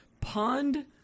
pond